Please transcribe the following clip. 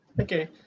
Okay